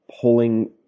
pulling